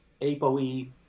APOE